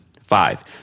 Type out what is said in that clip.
Five